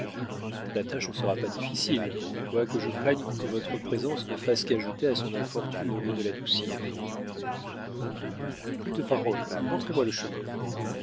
la tâche ne sera pas difficile quoique je craigne que votre présence ne fasse qu'ajouter à son infortune au lieu de l'adoucir plus de paroles montrez-moi le chemin